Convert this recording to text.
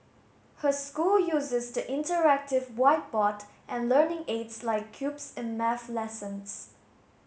her school uses the interactive whiteboard and learning aids like cubes in maths lessons